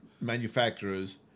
manufacturers